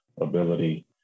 ability